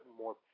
more